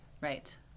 Right